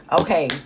okay